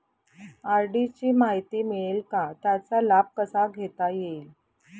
RD ची माहिती मिळेल का, त्याचा लाभ कसा घेता येईल?